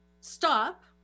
stop